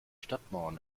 stadtmauern